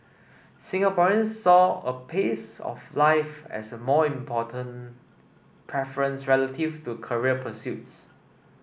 Singaporeans saw a pace of life as a more important preference relative to career pursuits